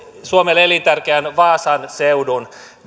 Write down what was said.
suomelle elintärkeän vaasan seudun